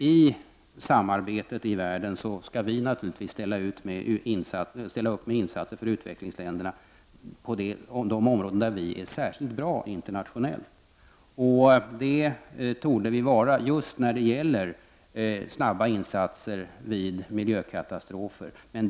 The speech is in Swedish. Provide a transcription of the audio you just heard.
I samarbetet i världen skall vi naturligtvis ställa upp med insatser för utvecklingsländerna på de områden där vi är särskilt bra internationellt sett. Det torde vi vara just när det gäller snabba insatser vid miljökatastrofer.